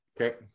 Okay